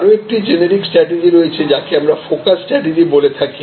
আরও একটি generic strategy রয়েছে যাকে আমরা ফোকাস স্ট্রাটেজি বলে থাকি